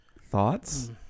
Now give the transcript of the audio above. thoughts